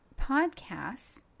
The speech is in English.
podcasts